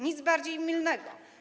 Nic bardziej mylnego.